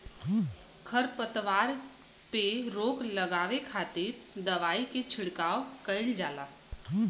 खरपतवार पे रोक लगावे खातिर दवाई के छिड़काव कईल जाला